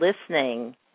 listening